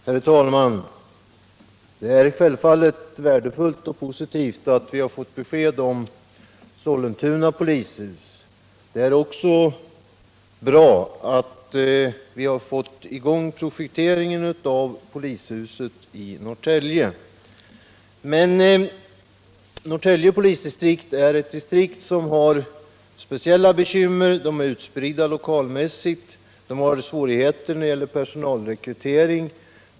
Herr talman! Det är självfallet värdefullt och positivt att vi har fått besked om Sollentuna polishus. Det är också bra att projekteringen av polishuset i Norrtälje har kommit i gång. Men Norrtälje polisdistrikt har speciella bekymmer genom den stora utspridningen lokalmässigt och när det gäller personalrekryteringen.